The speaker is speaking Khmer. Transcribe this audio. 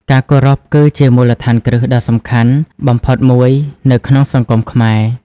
ការគោរពគឺជាមូលដ្ឋានគ្រឹះដ៏សំខាន់បំផុតមួយនៅក្នុងសង្គមខ្មែរ។